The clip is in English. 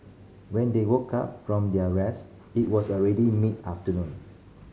when they woke up from their rest it was already mid afternoon